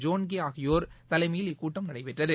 ஜோன்கே ஆகியோர் தலைமையில் இக்கூட்டம் நடைபெற்றது